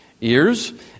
ears